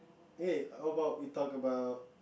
eh how about we talk about